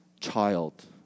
child